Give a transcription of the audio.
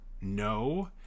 No